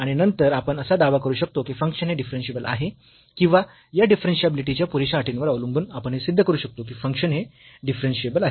आणि नंतर आपण असा दावा करू शकतो की फंक्शन हे डिफरन्शियेबल आहे किंवा या डिफरन्शिबिलीटीच्या पुरेशा अटींवर अवलंबून आपण हे सिद्ध करू शकतो की फंक्शन हे डिफरन्शियेबल आहे